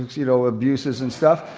you know, abuses and stuff.